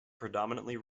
predominantly